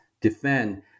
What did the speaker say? defend